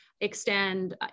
extend